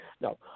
no